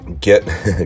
get